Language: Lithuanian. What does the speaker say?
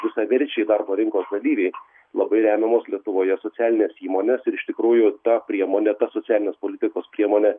visaverčiai darbo rinkos dalyviai labai remiamos lietuvoje socialinės įmonės ir iš tikrųjų ta priemonė ta socialinės politikos priemonė